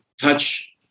touch